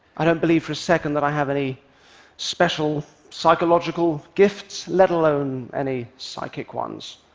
i don't believe for a second that i have any special psychological gifts, let alone any psychic ones.